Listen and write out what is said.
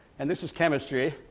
and this is chemistry,